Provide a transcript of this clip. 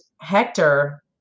Hector